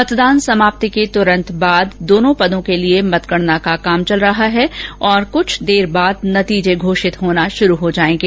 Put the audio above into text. मतदान समाप्ति के तुरंत बाद दोनों पदों के लिए मतगणना का कार्य चल रहा है और कुछ देर बाद नतीजे घोषित होना शुरु हो जायेंगे